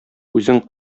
үзең